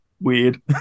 weird